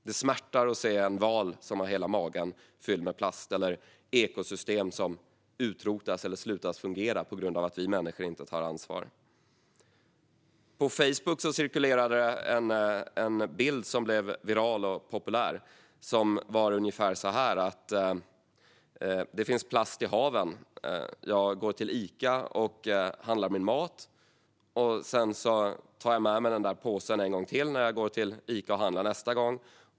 Det smärtar att se en val som har hela magen full av plast, eller ekosystem som utrotas eller slutar att fungera för att vi människor inte tar ansvar. På Facebook cirkulerar en bild som blivit viral och populär. I texten stod det ungefär så här: Det finns plast i haven. Jag går till Ica och handlar min mat. Sedan tar jag med mig påsen en gång till när jag går till Ica och handlar nästa gång.